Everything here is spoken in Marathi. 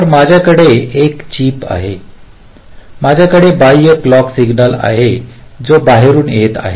तर माझ्याकडे एक चिप आहे माझ्याकडे बाह्य क्लॉक सिग्नल आहे जो बाहेरून येत आहे